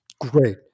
Great